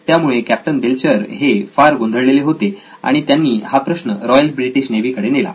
त्यामुळे captain Belcher हे फार गोंधळलेले होते आणि त्यांनी हा प्रश्न ब्रिटिश रॉयल नेव्ही कडे नेला